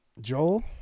Joel